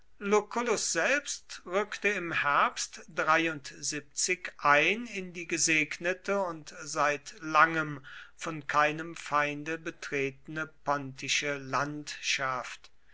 selbst rückte im herbst ein in die gesegnete und seit langem von keinem feinde betretene pontische landschaft